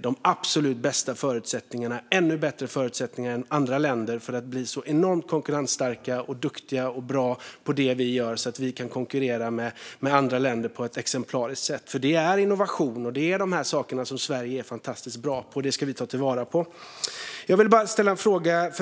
de absolut bästa förutsättningarna - ännu bättre förutsättningar än andra länder - för att bli så enormt konkurrensstarkt, duktigt och bra på det vi gör att vi kan konkurrera med andra länder på ett exemplariskt sätt. Det är innovation och de här sakerna som Sverige är fantastiskt bra på. Det ska vi ta vara på. Jag vill bara ställa en fråga.